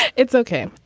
it's okay.